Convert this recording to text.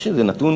יש איזה נתון?